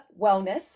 wellness